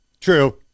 True